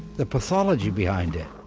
the pathology behind it.